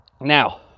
Now